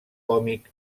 còmic